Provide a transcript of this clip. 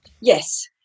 Yes